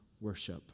worship